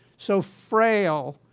so frail,